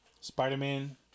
Spider-Man